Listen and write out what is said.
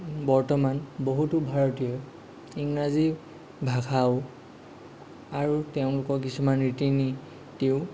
বৰ্তমান বহুতো ভাৰতীয়ই ইংৰাজী ভাষাও আৰু তেওঁলোকৰ কিছুমান ৰীতি নীতিও